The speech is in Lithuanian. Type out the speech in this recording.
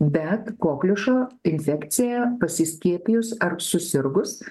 bet kokliušo infekcija pasiskiepijus ar susirgus